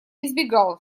избегал